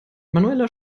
manueller